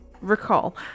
recall